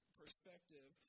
perspective